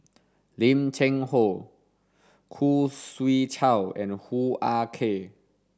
Lim Cheng Hoe Khoo Swee Chiow and Hoo Ah Kay